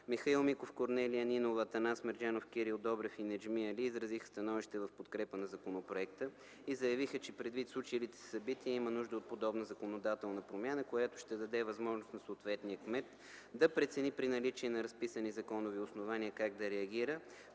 Михаил Миков, Корнелия Нинова, Атанас Мерджанов, Кирил Добрев и Неджми Али изразиха становище в подкрепа на законопроекта и заявиха, че предвид случилите се събития има нужда от подобна законодателна промяна, която ще даде възможност на съответния кмет да прецени при наличие на разписани законови основания как да реагира,